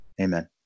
amen